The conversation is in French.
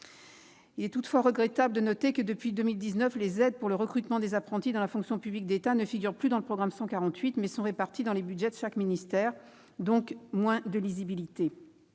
Il est regrettable que, depuis 2019, les aides pour le recrutement d'apprentis dans la fonction publique d'État ne figurent plus dans le programme 148, mais soient réparties dans les budgets des différents ministères, ce qui amoindrit leur lisibilité.